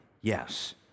Yes